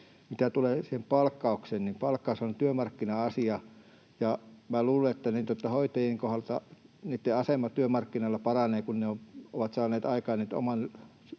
Mitä tulee siihen palkkaukseen, niin palkkaus on työmarkkina-asia, ja minä luulen, että hoitajien kohdalta asema työmarkkinoilla paranee, kun ovat nyt saaneet aikaan